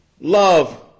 Love